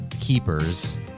Keepers